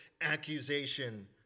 accusation